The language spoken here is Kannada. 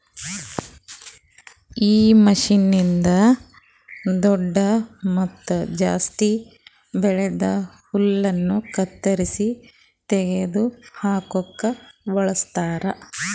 ಈ ಮಷೀನ್ನ್ನಿಂದ್ ದೊಡ್ಡು ಮತ್ತ ಜಾಸ್ತಿ ಬೆಳ್ದಿದ್ ಹುಲ್ಲನ್ನು ಕತ್ತರಿಸಿ ತೆಗೆದ ಹಾಕುಕ್ ಬಳಸ್ತಾರ್